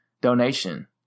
donation